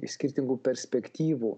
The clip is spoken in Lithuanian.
iš skirtingų perspektyvų